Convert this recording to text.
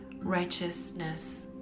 righteousness